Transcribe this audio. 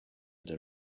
the